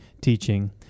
teaching